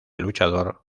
luchador